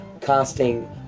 casting